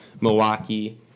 Milwaukee